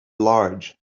large